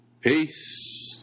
Peace